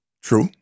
true